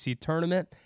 tournament